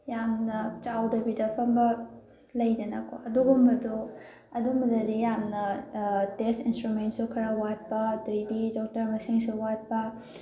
ꯌꯥꯝꯅ ꯆꯥꯎꯗꯕꯤꯗ ꯐꯝꯕ ꯂꯩꯗꯅꯀꯣ ꯑꯗꯨꯒꯨꯝꯕꯗꯣ ꯑꯗꯨꯝꯕꯗꯗꯤ ꯌꯥꯝꯅ ꯇꯦꯁ ꯏꯟꯁꯇ꯭ꯔꯨꯃꯦꯟꯁꯨ ꯈꯔ ꯌꯥꯠꯄ ꯑꯗꯩꯗꯤ ꯗꯣꯛꯇꯔ ꯃꯁꯤꯡꯁꯨ ꯌꯥꯠꯄ